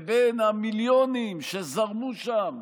ובין המיליונים שזרמו שם